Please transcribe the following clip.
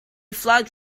flies